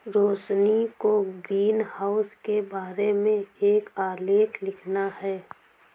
रोशिनी को ग्रीनहाउस के बारे में एक आलेख लिखना है